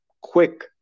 quick